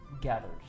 gathered